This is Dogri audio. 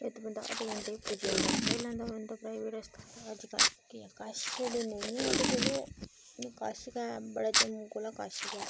इत्त बंदा अद्धे घैंटे च पुज्जी जंदा पजाई लैंदा बंदा प्राइवेट हस्पताल अज्जकल केह् ऐ कश ते नेईं ऐ बा चलो इयां कश गै बड़ा जम्मू कोला कश गै ऐ